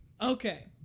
Okay